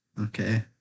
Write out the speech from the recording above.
Okay